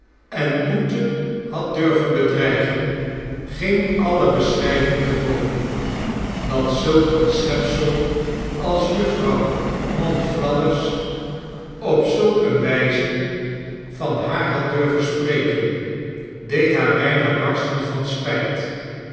en boete had durven bedreigen ging alle beschrijving te boven dat zulk een schepsel als jufvrouw monflathers op zulk eene wijze van haar had durven spreken deed haar bijna barsten van spijt